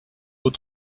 aux